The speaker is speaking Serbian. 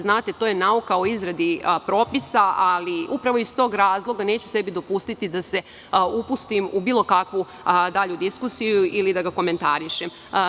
Znate, to je nauka o izradi propisa, ali upravo iz tog razloga neću sebi dopustiti da se upustim u bilo kakvu dalju diskusiju ili da ga komentarišem.